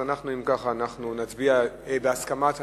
אז אם כך, נצביע, בהסכמת המציעים.